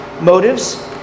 motives